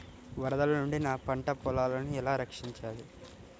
వరదల నుండి నా పంట పొలాలని ఎలా రక్షించాలి?